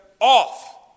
off